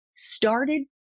started